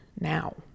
now